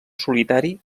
solitari